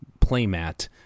playmat